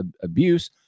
abuse